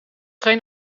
geen